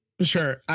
Sure